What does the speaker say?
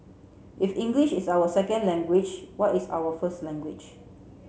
if English is our second language what is our first language